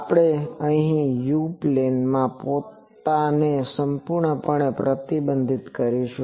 આપણે અહીં U plane માં પોતાને સંપૂર્ણપણે પ્રતિબંધિત કરીશું